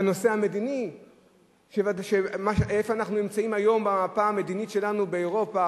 והנושא המדיני איפה אנחנו נמצאים היום במפה המדינית שלנו באירופה,